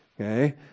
Okay